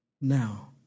now